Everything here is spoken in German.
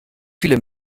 viele